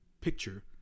picture